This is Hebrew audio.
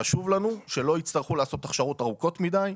חשוב לנו שלא יצטרכו לעשות הכשרות ארוכות מידי,